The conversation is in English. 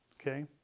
okay